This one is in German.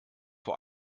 vor